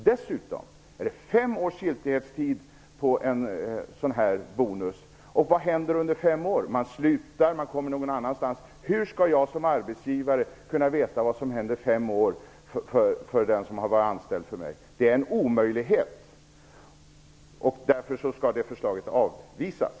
Dessutom är det fem års giltighetstid på en sådan här bonus. Vad händer under fem år? Man slutar, och man hamnar någon annanstans. Hur skall jag som arbetsgivare kunna veta vad som händer under fem år framåt med den som har varit anställd för mig? Det är en omöjlighet, och därför skall det här förslaget avvisas.